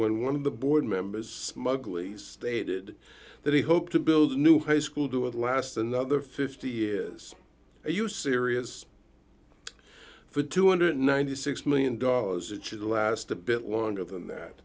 when one of the board members smugly stated that he hoped to build a new high school do it last another fifty years are you serious for two hundred and ninety six million dollars it should last a bit longer than that